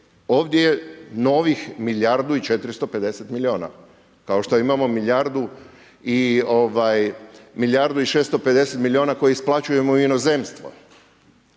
ovdje je novih milijardu i 450 milijuna kao što imamo milijardu i 650 milijuna kojih isplaćujemo u inozemstvo.